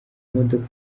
modoka